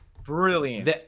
Brilliant